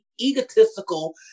egotistical